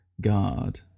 God